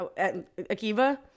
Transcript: Akiva